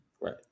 Right